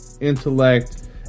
intellect